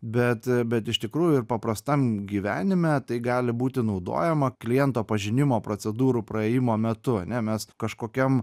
bet bet iš tikrųjų ir paprastam gyvenime tai gali būti naudojama kliento pažinimo procedūrų praėjimo metu ane mes kažkokiam